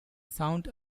sound